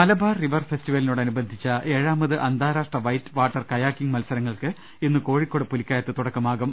Malabar river ഫെസ്റ്റിവലിനോട് അനുബന്ധിച്ച ഏഴാമത് അന്താ രാഷ്ട്ര വൈറ്റ് വാട്ടർ കയാക്കിങ് മത്സരങ്ങൾക്ക് ഇന്ന് കോഴിക്കോട് പുലിക്കയത്ത് തുടക്കമാകും